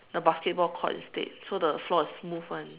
the basketball court instead so the floor is smooth [one]